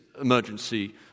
emergency